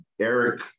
eric